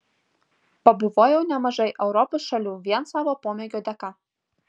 pabuvojau nemažai europos šalių vien savo pomėgio dėka